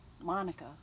Monica